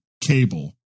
cable